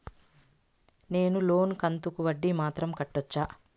నేను లోను కంతుకు వడ్డీ మాత్రం కట్టొచ్చా?